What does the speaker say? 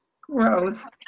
Gross